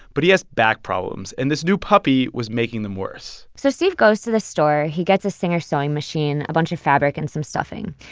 but he has back problems. and this new puppy was making them worse so steve goes to the store. he gets a singer sewing machine, a bunch of fabric and some stuffing.